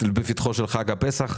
בפתחו של חג הפסח,